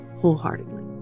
wholeheartedly